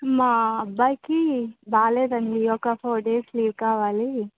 మా అబ్బాయికి బాగోలేదు అండి ఒక ఫోర్ డేస్ లీవ్ కావాలి